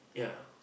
oh